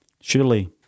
surely